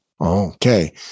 Okay